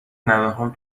نوهام